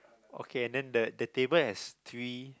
okay then the the table has three